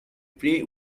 prey